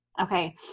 Okay